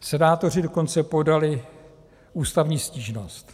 Senátoři dokonce podali ústavní stížnost.